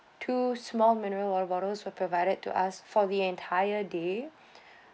two small mineral water bottles were provided to us for the entire day